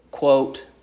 Quote